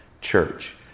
church